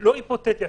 לא היפותטי.